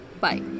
Bye